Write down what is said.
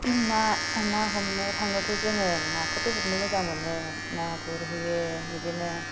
ना ना हमनो थांनायावथ' जोङो नाखौथ' हमनो मोजां मोनो ना गुरहैयो बिदिनो